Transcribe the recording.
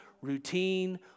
routine